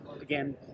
again